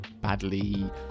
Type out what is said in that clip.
badly